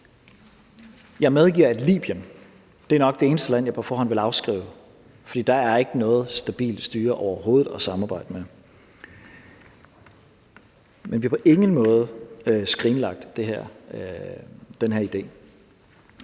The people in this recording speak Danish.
Jeg medgiver, at Libyen nok er det eneste land, jeg på forhånd vil afskrive, for der er ikke noget stabilt styre at samarbejde med overhovedet. Men vi har på ingen måde skrinlagt den her idé.